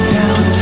down